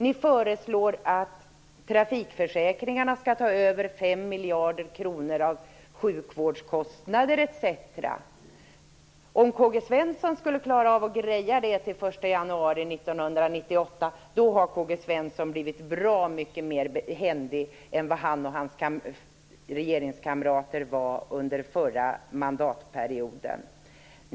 Ni föreslår att trafikförsäkringarna skall ta över 5 miljarder kronor av sjukvårdskostnader etc. Om K-G Svenson skulle klara av det till den 1 januari 1998 har K-G Svenson blivit mycket händigare än vad han och hans regeringskamrater var under den förra mandatperioden.